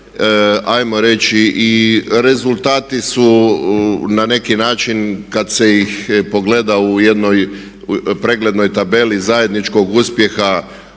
ajmo reći i rezultati su na neki način kad se ih pogleda u jednoj preglednoj tabeli zajedničkog uspjeha